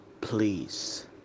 please